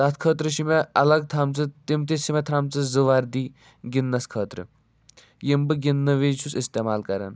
تَتھ خٲطرٕ چھِ مےٚ الگ تھٲمژٕ تِم تہِ چھِ مےٚ تھٲمژٕ زٕ وردی گِنٛدنَس خٲطرٕ یِم بہٕ گِنٛدنہٕ وِزِ چھُس اِستعمال کَران